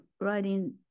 writing